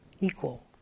equal